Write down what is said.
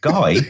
Guy